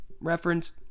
Reference